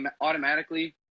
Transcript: automatically